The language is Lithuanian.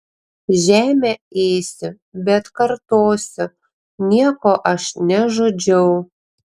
žemę ėsiu bet kartosiu nieko aš nežudžiau